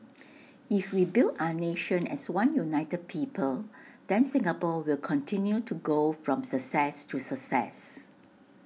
if we build our nation as one united people then Singapore will continue to go from success to success